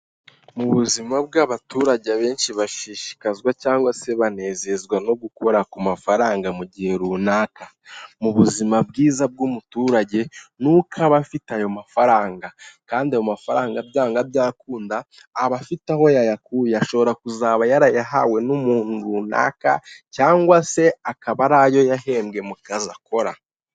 Mu buzima bw'abaturage abenshi bashishikazwa cyangwa se banezezwa no gukora ku mafaranga mu gihe runaka mu buzima bwiza bw'umuturage nuko aba afite ayo mafaranga kandi ayo mafaranga byanga byakunda aba afite aho yayakuye ashobora kuzaba yarayahawe n'umuntu runaka cyangwa se akaba ariyo yahembwe mu kazi akora.